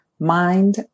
mind